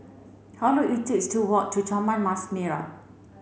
how long it take to walk to Taman Mas Merah